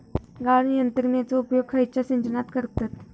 गाळण यंत्रनेचो उपयोग खयच्या सिंचनात करतत?